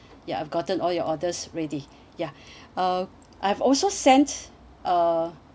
ya I've gotten all your orders ready ya uh I have also sent uh